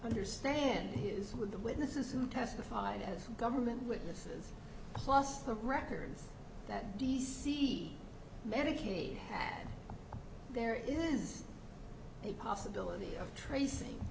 understand his with the witnesses who testified as government witnesses plus the records that d c medicaid there is a possibility of tracing